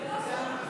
זה לא סתם.